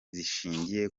zishingiye